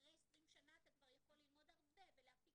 אחרי 20 שנה אתה כבר יכול ללמוד הרבה ולהפיק